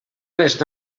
les